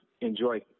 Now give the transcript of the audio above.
enjoy